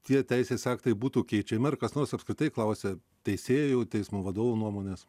tie teisės aktai būtų keičiami ar kas nors apskritai klausė teisėjų teismų vadovų nuomonės